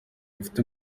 mfite